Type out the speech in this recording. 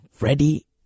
ready